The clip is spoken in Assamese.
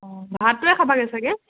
অঁ ভাতটোৱে খাবাগৈ চাগে